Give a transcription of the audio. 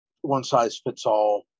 one-size-fits-all